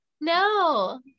No